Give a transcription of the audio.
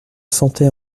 sentais